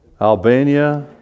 Albania